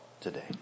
today